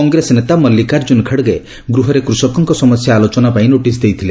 କଂଗ୍ରେସ ନେତା ମଲ୍ଲିକାର୍ଜ୍ଜୁନ ଖଡଗେ ଗୃହରେ କୃଷକଙ୍କ ସମସ୍ୟା ଆଲୋଚନା ପାଇଁ ନୋଟିସ୍ ଦେଇଥିଲେ